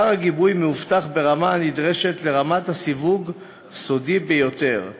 אתר הגיבוי מאובטח ברמה הנדרשת לרמת הסיווג "סודי ביותר",